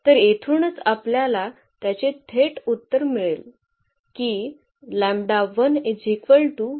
तर येथूनच आपल्याला त्याचे थेट उत्तर मिळेल की आहे